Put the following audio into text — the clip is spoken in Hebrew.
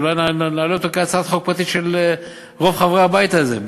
אולי נעלה אותו כהצעת חוק פרטית של רוב חברי הבית הזה,